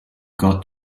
got